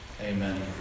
amen